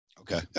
Okay